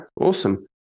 awesome